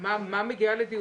מה מגיע לדיון.